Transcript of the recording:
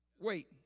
Wait